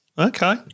Okay